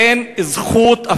אין זכות,